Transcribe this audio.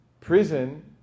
Prison